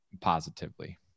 positively